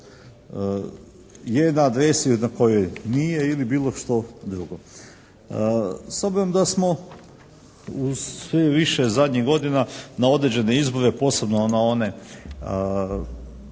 je na adresi na kojoj nije ili bilo što drugo. S obzirom da smo uz sve više zadnjih godina na određene izbore, posebno na one